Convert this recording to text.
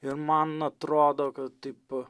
ir man atrodo kad taip